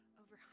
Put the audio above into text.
over